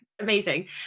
amazing